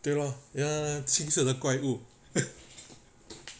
对 lor ya 那个青色的怪物